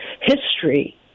History